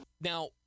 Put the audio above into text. Now